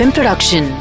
Production